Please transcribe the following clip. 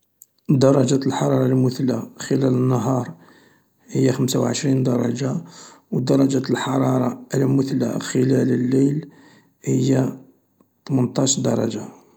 دراجة الحرارة المثلى خلال النهار هي خمسة وعشرين درجة ودرجة الحرارة المثلى خلال الليل هي ثمنطاش درجة.